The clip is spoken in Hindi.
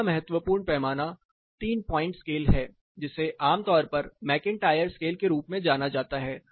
अगला महत्वपूर्ण पैमाना 3 पॉइंट स्केल है जिसे आमतौर पर मैकइंटायर स्केल के रूप में जाना जाता है